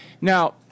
Now